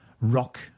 rock